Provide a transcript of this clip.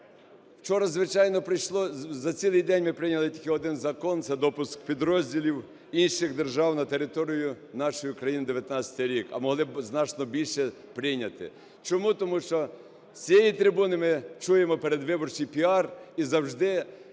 Вчора, звичайно, прийшло… за цілий день ми прийняли тільки один закон - це допуск підрозділів інших держав на територію нашої України на 19-й рік. А могли б значно більше прийняти. Чому? Тому що з цієї трибуни ми чуємо передвиборчий піар, і завжди